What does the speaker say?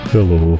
Hello